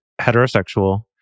heterosexual